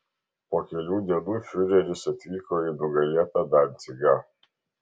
po kelių dienų fiureris atvyko į nugalėtą dancigą